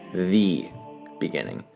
the beginning.